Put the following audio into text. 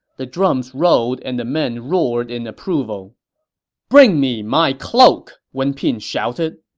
the drums rolled and the men roared in approval bring me my cloak, wen pin shouted.